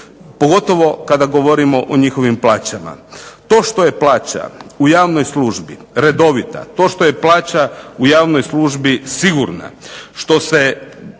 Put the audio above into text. pogotovo kada govorimo o njihovim plaćama. To što je plaća u javnoj službi redovita to što je plaća u javnoj službi sigurna, što je